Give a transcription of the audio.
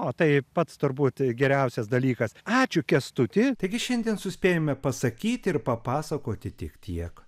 o tai pats turbūt geriausias dalykas ačiū kęstuti taigi šiandien suspėjome pasakyti ir papasakoti tik tiek